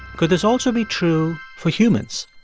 could this also be true for humans?